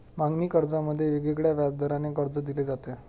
मागणी कर्जामध्ये वेगवेगळ्या व्याजदराने कर्ज दिले जाते